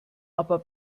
aber